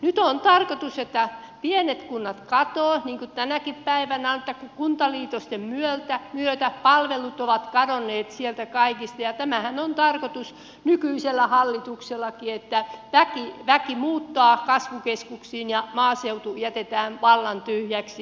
nyt on tarkoitus että pienet kunnat katoavat niin kuin tänäkin päivänä kuntaliitosten myötä palvelut ovat kadonneet sieltä kaikista ja tämähän on tarkoitus nykyisellä hallituksellakin että väki muuttaa kasvukeskuksiin ja maaseutu jätetään vallan tyhjäksi